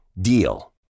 DEAL